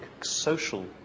social